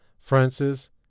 Francis